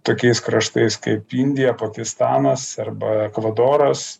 tokiais kraštais kaip indija pakistanas arba ekvadoras